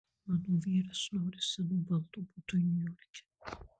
mano vyras nori senų baldų butui niujorke